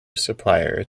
supplier